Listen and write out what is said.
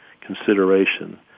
consideration